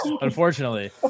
unfortunately